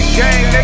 gang